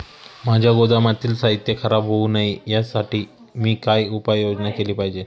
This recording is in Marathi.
माझ्या गोदामातील साहित्य खराब होऊ नये यासाठी मी काय उपाय योजना केली पाहिजे?